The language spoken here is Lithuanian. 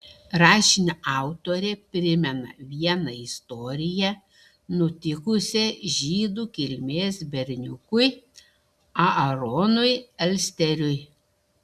rašinio autorė primena vieną istoriją nutikusią žydų kilmės berniukui aaronui elsteriui